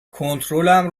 کنترلم